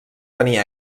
tenir